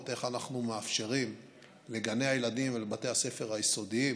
איך אנחנו מאפשרים לגני הילדים ולבתי הספר היסודיים